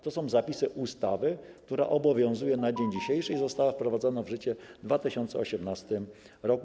To są zapisy ustawy, która obowiązuje na dzień dzisiejszy i została wprowadzona w życie w 2018 r.